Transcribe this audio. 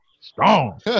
Strong